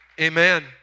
Amen